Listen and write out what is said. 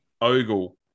Ogle